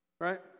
Right